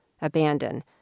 abandon